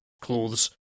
clothes